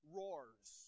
roars